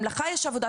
גם לך יש עבודה,